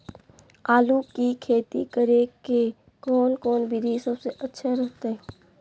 आलू की खेती करें के कौन कौन विधि सबसे अच्छा रहतय?